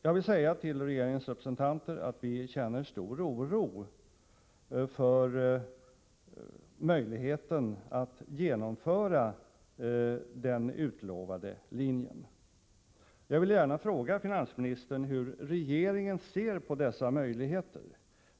Jag vill säga till regeringens representanter att vi känner stor oro när det gäller möjligheterna för regeringen att genomföra det man utlovat. Jag vill därför fråga finansministern hur han ser på dessa möjligheter.